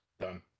Done